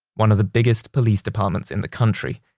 one of the biggest police departments in the country,